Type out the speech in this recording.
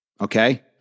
Okay